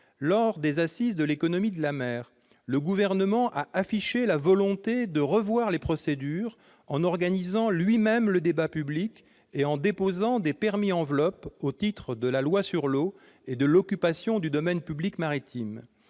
lors des Assises de l'économie de la mer, le Gouvernement a affiché la volonté de revoir les procédures en organisant lui-même le débat public et en déposant des « permis enveloppes » au titre de la loi sur l'eau et de l'occupation du domaine public maritime.